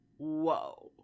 whoa